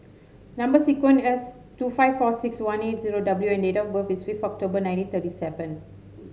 number sequence S two five four six one eight zero W and date of birth is five October nineteen thirty seven